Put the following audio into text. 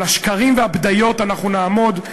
על השקרים והבדיות אנחנו נעמוד,